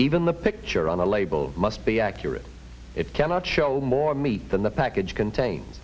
even the picture on the label must be accurate it cannot show more meat than the package contain